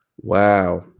Wow